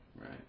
Right